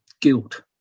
guilt